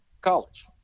college